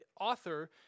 author